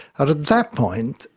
at that point,